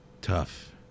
Tough